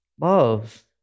love